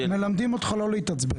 ב"קבלה לעם" מלמדים אותך לא להתעצבן.